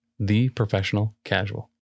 theprofessionalcasual